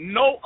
no